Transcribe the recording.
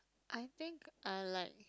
I think I like